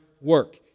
work